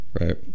Right